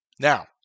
Now